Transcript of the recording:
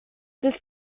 this